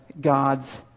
God's